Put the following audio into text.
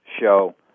show